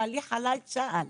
בעלי חלל צה"ל,